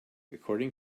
according